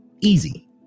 easy